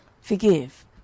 forgive